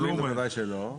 פיצויים בוודאי שלא.